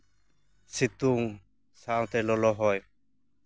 ᱥᱤᱛᱩᱝ ᱥᱟᱶᱛᱮ ᱞᱚᱞᱚ ᱦᱚᱭ